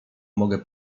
mogę